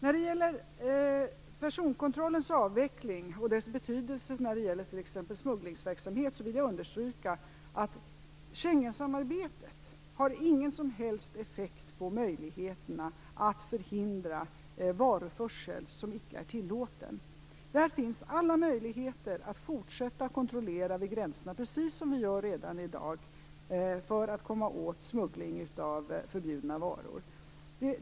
När det gäller personkontrollens avveckling och dess betydelse för t.ex. smugglingsverksamhet vill jag understryka att Schengensamarbetet inte har någon som helst effekt på möjligheterna att förhindra otillåten införsel eller utförsel av varor. Det finns alla möjligheter att fortsätta med de kontroller vid gränserna som vi gör redan i dag för att komma åt smuggling av förbjudna varor.